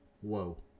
whoa